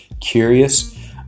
curious